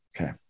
Okay